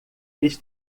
eles